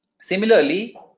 similarly